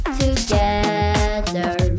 together